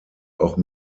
auch